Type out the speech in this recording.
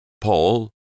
Paul